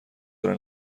داره